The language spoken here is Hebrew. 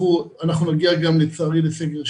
אנחנו נגיע גם לצערי לסגר שלישי.